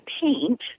paint